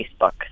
Facebook